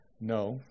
No